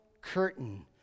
curtain